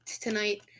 tonight